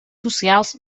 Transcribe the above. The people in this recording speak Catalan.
socials